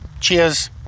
cheers